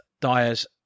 Dyer's